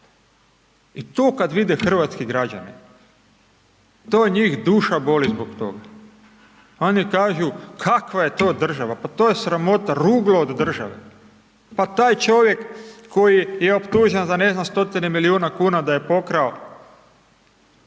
i to kad vide hrvatski građani, to njih duša boli zbog toga, oni kažu kakva je to država, pa to je sramota, ruglo od države, pa taj čovjek koji je optužen za, ne znam, stotine milijuna kuna da je pokrao,